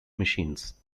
machines